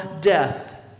death